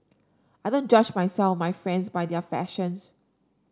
I don't judge myself my friends by their fashions